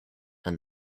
and